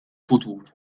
futur